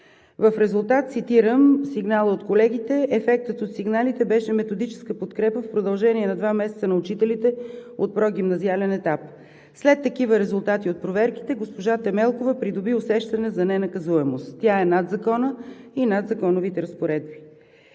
В резултат, цитирам сигнала от колегите: „Ефектът от сигналите беше методическа подкрепа в продължение на два месеца на учителите от прогимназиален етап. След такива резултати от проверките госпожа Темелкова придоби усещане за ненаказуемост. Тя е над закона и над законовите разпоредби.“